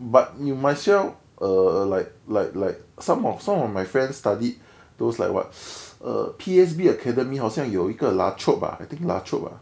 but you might as well err like like like some of some of my friends studied those like what's err P_S_B academy 好像有一个 la trobe ah I think la trobe ah